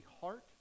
heart